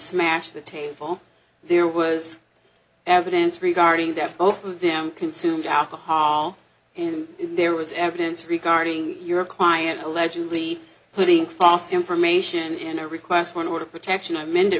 smashed the table there was evidence regarding that both of them consumed alcohol and there was evidence regarding your client allegedly putting cost information in a request for an order of protection i me